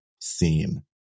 seen